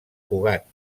cugat